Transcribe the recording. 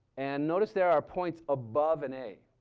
and notice there are points above an a.